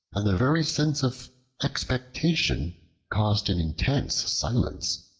and the very sense of expectation caused an intense silence.